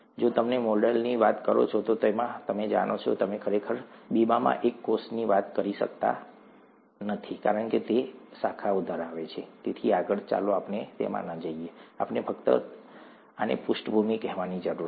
જો તમે મોલ્ડની વાત કરો છો તો તમે જાણો છો તમે ખરેખર બીબામાં એક કોષની વાત કરી શકતા નથી કારણ કે તે શાખાઓ ધરાવે છે અને તેથી આગળ ચાલો આપણે તેમાં ન જઈએ આપણે ફક્ત આને પૃષ્ઠભૂમિમાં કહેવાની જરૂર છે